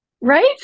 Right